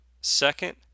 Second